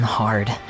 hard